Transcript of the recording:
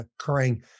occurring